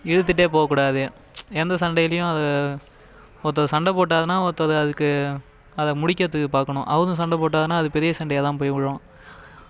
இழுத்துகிட்டே போகக் கூடாது எந்த சண்டையிலேயும் அது ஒருத்தர் சண்டை போட்டாருனா ஒருத்தர் அதுக்கு அதை முடிக்கிறதுக்கு பார்க்கணும் அவரும் சண்டை போட்டாருனா அது பெரிய சண்டையாக தான் போய் விழும்